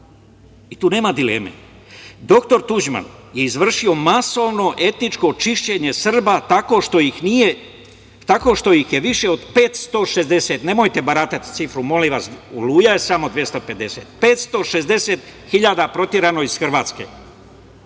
I, tu nema dileme. Doktor Tuđman je izvršio masovno etničko čišćenje Srba tako što ih je više od 560, nemojte baratati sa cifrom, molim vas, Oluja je samo 250, 560 hiljada je proterano iz Hrvatske.